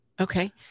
Okay